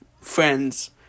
friends